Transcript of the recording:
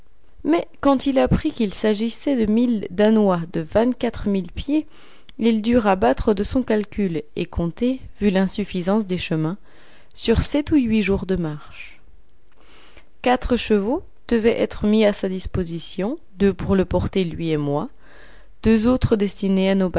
mais quand il apprit qu'il s'agissait de milles danois de vingt-quatre mille pieds il dut rabattre de son calcul et compter vu l'insuffisance des chemins sur sept ou huit jours de marche quatre chevaux devaient être mis à sa disposition deux pour le porter lui et moi deux autres destinés à nos